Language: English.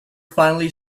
finally